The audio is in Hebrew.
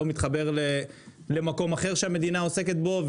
לא מתחבר למקום אחר שהמדינה עוסקת בו.